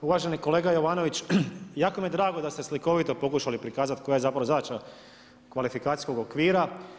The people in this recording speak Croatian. Uvaženi kolega Jovanović, jako mi je drago da ste slikovito pokušali prikazati koja je zadaća kvalifikacijskog okvira.